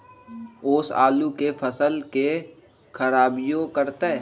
ओस आलू के फसल के खराबियों करतै?